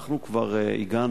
אנחנו כבר הגענו,